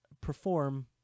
perform